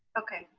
okay,